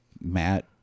Matt